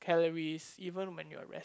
calories even when you are rest